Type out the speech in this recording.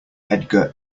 edgar